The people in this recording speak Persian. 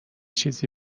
چیزی